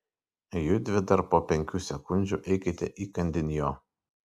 judvi dar po penkių sekundžių eikite įkandin jo